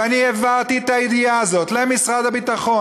ואני העברתי את הידיעה הזאת למשרד הביטחון